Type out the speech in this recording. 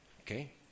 Okay